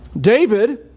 David